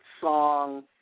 song